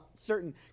certain